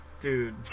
Dude